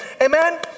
Amen